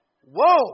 Whoa